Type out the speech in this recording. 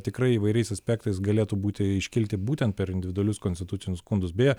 tikrai įvairiais aspektais galėtų būti iškilti būtent per individualius konstitucinius skundus beje